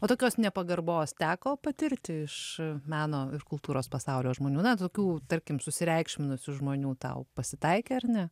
o tokios nepagarbos teko patirti iš meno ir kultūros pasaulio žmonių na tokių tarkim susireikšminusių žmonių tau pasitaikė ar ne